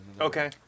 Okay